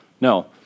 No